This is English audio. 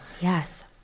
yes